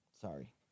sorry